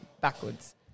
backwards